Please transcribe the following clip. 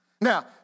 Now